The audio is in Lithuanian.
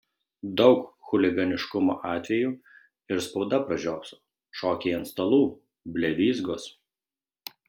daug chuliganiškumo atvejų ir spauda pražiopso šokiai ant stalų blevyzgos